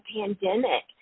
pandemic